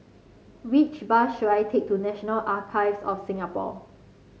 which bus should I take to National Archives of Singapore